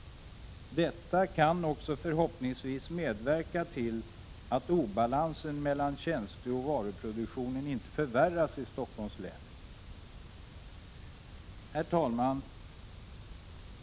Detta kan förhoppningsvis medverka till att obalansen mellan tjänsteoch varuproduktion inte förvärras i Stockholms län. Herr talman!